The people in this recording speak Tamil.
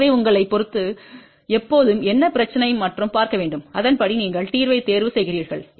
எனவே உங்களைப் பொறுத்து எப்போதும் என்ன பிரச்சினை மற்றும் பார்க்க வேண்டும் அதன்படி நீங்கள் தீர்வை தேர்வு செய்கிறீர்கள்